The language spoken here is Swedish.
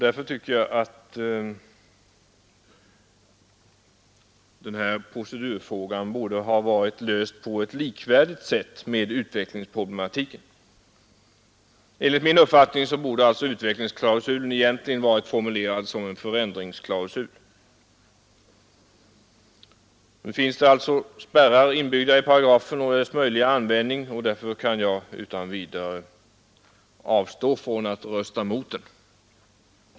Därför anser jag, att den här procedurfrågan borde ha fått en lösning som Varit likvärdig med lösningen av utvecklingsproblematiken. Enligt min uppfattning borde alltså utvecklingsklausulen ha varit formulerad som en förändringsklausul. Nu finns det ju spärrar inbyggda i paragrafen när det gäller dess möjliga användning, och därför kommer jag inte att rösta mot den.